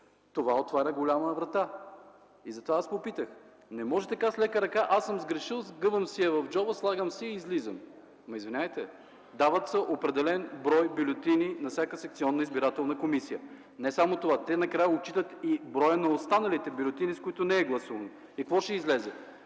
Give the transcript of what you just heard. отваря голяма врата. Затова попитах. Не може така с лека ръка – аз съм сгрешил, сгъвам си я в джоба, слагам си я и излизам. Извинявайте, дават се определен брой бюлетини на всяка секционна избирателна комисия. Не само това – те накрая отчитат и броя на останалите бюлетини, с които не е гласувано. Какво ще излезе?